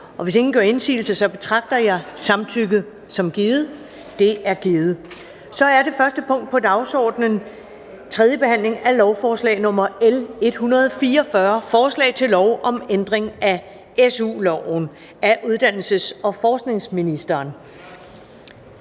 Hvis ingen gør indsigelse, betragter jeg samtykket som givet. Det er givet. --- Det første punkt på dagsordenen er: 1) 3. behandling af lovforslag nr. L 144: Forslag til lov om ændring af SU-loven. (Udvidede muligheder